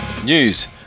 News